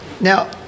Now